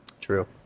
True